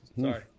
Sorry